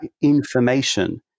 information